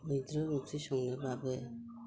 मैद्रु ओंख्रि संनोब्लाबो